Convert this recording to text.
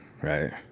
right